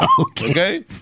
Okay